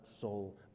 soul